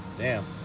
damn